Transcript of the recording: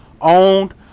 owned